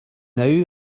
now